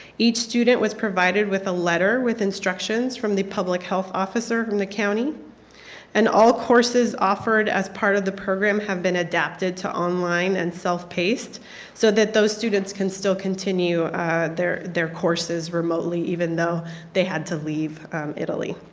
each student was provided with a letter with instructions from the public health officer from the county and all courses offered as part of the program have been adapted to online and self-paced so that those students can still continue their their courses remotely even though they had to leave italy.